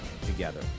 together